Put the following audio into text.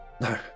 No